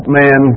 man